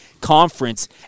conference